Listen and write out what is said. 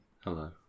Hello